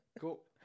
Cool